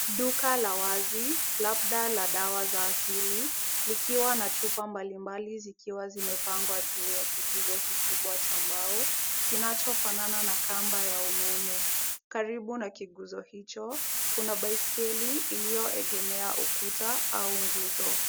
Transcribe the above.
Duka la wazii labda la dawa za asili likiwa na chupa mbalimbali zikiwa zimepangwa juu ya kiguzo kikubwa cha mbao kinachofanana na kamba ya umeme. Karibu na kiguzo hicho kuna baiskeli iliyoegemea ukuta au nguzo.